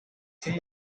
three